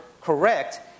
correct